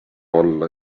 valla